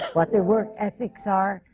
what their work ethics are,